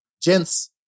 Gents